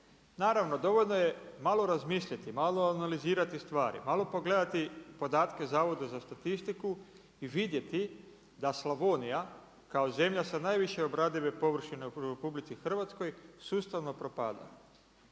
Naravno dovoljno je malo razmisliti, malo analizirati stvari, malo pogledati podatke Zavoda za statistiku i vidjeti da Slavonija kao zemlja sa najviše obradive površine u RH sustavno propada.